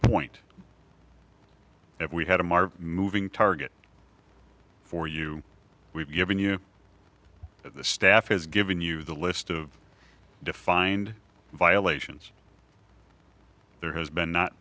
point if we had them are moving target for you we've given you the staff has given you the list of defined violations there has been not